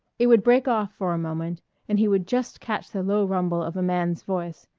it would break off for a moment and he would just catch the low rumble of a man's voice,